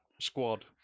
squad